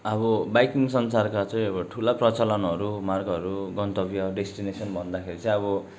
अब बाइकिङ संसारका चाहिँ अब ठुला प्रचलनहरू मार्गहरू गन्तव्य डेस्टिनेसन भन्दाखेरि चाहिँ अब